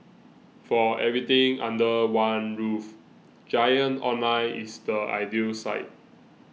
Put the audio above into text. for everything under one roof Giant Online is the ideal site